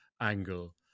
angle